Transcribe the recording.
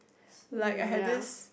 like I had this